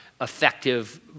effective